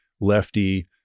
lefty